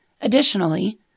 Additionally